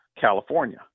California